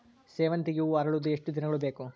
ಸೇವಂತಿಗೆ ಹೂವು ಅರಳುವುದು ಎಷ್ಟು ದಿನಗಳು ಬೇಕು?